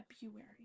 February